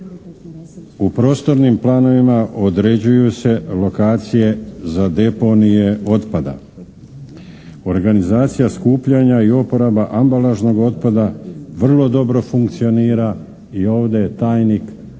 U prostornim planovima određuju se lokacije za deponije otpada. Organizacija skupljanja i uporaba ambalažnog otpada vrlo dobro funkcionira i ovdje je državni tajnik